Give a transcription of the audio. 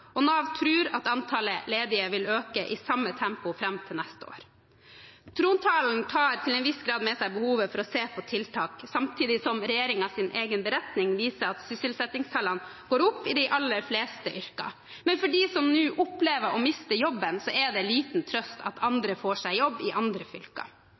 og Nav tror at antall ledige vil øke i samme tempo fram til neste år. Trontalen tar til en viss grad med behovet for å se på tiltak, samtidig som regjeringens egen beretning viser at sysselsettingstallene går opp i de aller fleste yrkene. Men for dem som nå opplever å miste jobben, er det liten trøst i at andre får seg jobb i andre fylker,